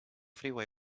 freeway